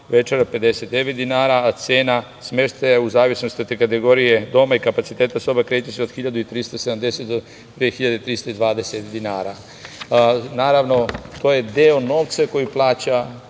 večera 59 dinara, a cena smeštaja, u zavisnosti od kategorije doma i kapaciteta sobe kreće se 1.370 do 2.320 dinara. Naravno, to je deo novca koju plaća